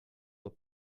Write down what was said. were